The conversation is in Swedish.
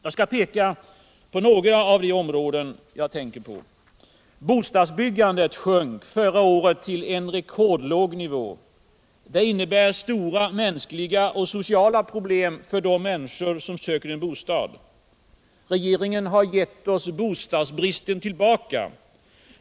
Jag skall peka på några av de områden jag tänkte på. Bostadsbyggandet sjönk förra året till en rekordlåg nivå. Det innebär stora mänskliga och sociala problem för de människor som söker en bostad. Regeringen har gett oss bostadsbristen tillbaka.